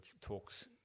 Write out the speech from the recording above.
talks –